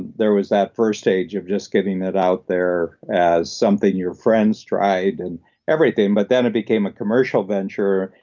there was that first stage of just getting it out there as something your friends tried and everything, but then it became a commercial venture,